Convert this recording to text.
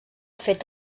fet